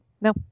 No